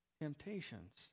Temptations